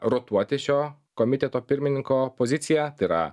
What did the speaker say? rotuoti šio komiteto pirmininko poziciją ty ra